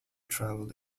travelled